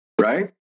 right